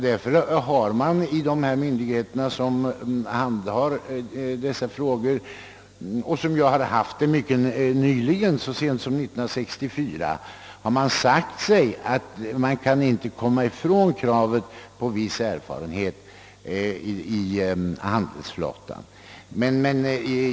Därför har de myndigheter som handlägger dessa frågor så sent som 1964 uttalat att man inte kan bortse från kravet på viss erfarenhet från handelsflottan.